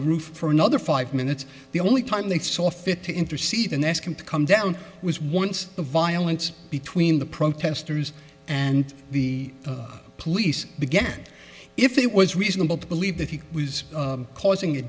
the roof for another five minutes the only time they saw fit to intercede and ask him to come down was once the violence between the protesters and the police began if it was reasonable to believe that he was causing a